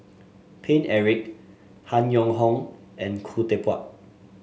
Paine Eric Han Yong Hong and Khoo Teck Puat